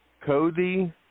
Cody